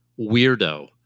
weirdo